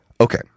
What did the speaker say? Okay